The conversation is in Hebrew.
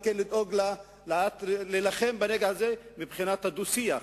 אחריות שלנו גם להילחם בנגע הזה מבחינת הדו-שיח,